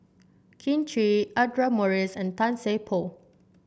Kin Chui Audra Morrice and Tan Seng Poh